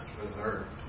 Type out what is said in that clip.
reserved